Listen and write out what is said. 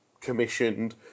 commissioned